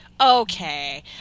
okay